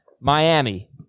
Miami